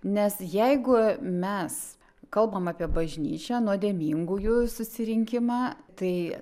nes jeigu mes kalbam apie bažnyčią nuodėmingųjų susirinkimą tai